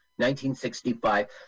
1965